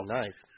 nice